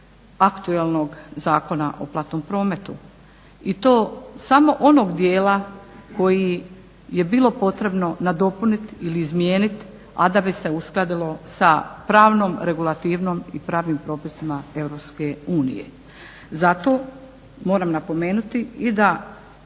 aktualnog Zakona o platnom prometu i to samo onog dijela koji je bilo potrebno nadopuniti ili izmijeniti, a da bi se uskladilo sa pravnom regulativom i pravnim propisima EU. Zato moram napomenuti i da